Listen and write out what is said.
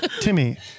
Timmy